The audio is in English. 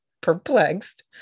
perplexed